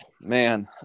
Man